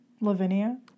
Lavinia